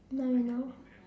no you don't